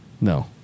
No